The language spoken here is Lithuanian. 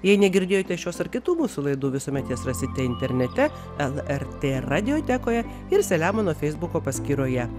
jei negirdėjote šios ar kitų mūsų laidų visuomet jas rasite internete lrt radiotekoje ir selemono feisbuko paskyroje